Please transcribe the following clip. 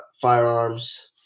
firearms